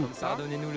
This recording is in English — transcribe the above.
Pardonnez-nous